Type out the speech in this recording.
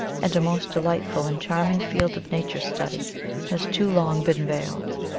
and a most delightful and charm ing field of nature study has too long been veiled.